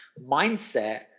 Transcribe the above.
mindset